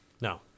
No